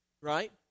right